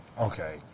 Okay